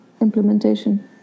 implementation